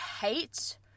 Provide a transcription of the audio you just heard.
hate